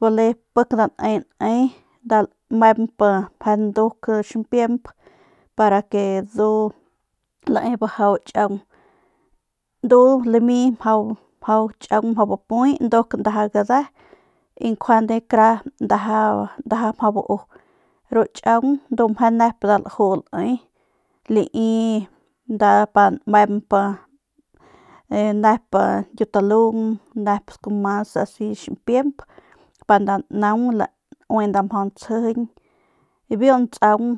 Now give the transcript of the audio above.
bale pik nda lamemp meje nduk ximpiemp para que ndu lae bajau tchaung ndu lami mjau mjau tchaung mjau bapuy nduk ndaja gude y kara ndaja mjau bau ru tchaung ndu meje nep nda laju ne lai nda nep aaa nmemp ñkiutalung u nep sku mas asi ximpiemp pa nda naung laui nda mjau ntsjijiñ biu ntsaung.